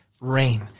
Rain